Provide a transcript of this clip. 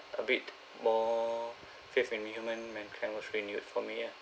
a bit more faith in human mankind was renewed for me ah